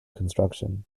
construction